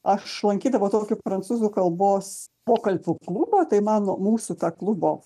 aš lankydavau tokį prancūzų kalbos pokalbių klubą tai mano mūsų ta klubo